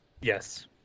Yes